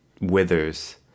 withers